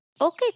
Okay